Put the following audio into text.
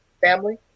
Family